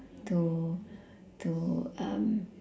to to um